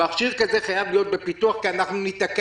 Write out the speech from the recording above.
מכשיר כזה חייב להיות בפיתוח כי ניתקל